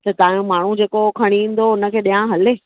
त तव्हांजो माण्हू जेको खणी ईंदो हुनखे ॾियां हले